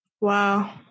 Wow